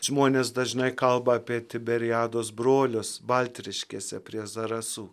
žmonės dažnai kalba apie tiberiados brolius baltriškėse prie zarasų